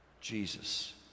Jesus